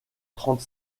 trente